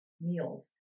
meals